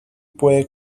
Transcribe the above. puede